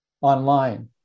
online